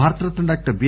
Bharat Ratna doctor B